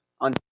on